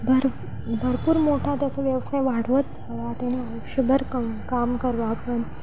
भर भरपूर मोठा त्याचा व्यवसाय वाढवत त्याने आयुष्यभर कम काम करावं पण